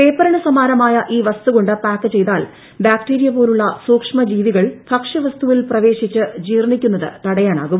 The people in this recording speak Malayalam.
പേപ്പറിന് സമാനമായ ഈ വസ്തു കൊണ്ട് പാക്ക് ചെയ്താൽ ബാക്ടീരിയ പോലുള്ള സൂക്ഷ്മജീവികൾ ഭക്ഷ്യവസ്തുവിൽ പ്രവേശിച്ച് ജീർണിക്കുന്നത് തടയാനാകും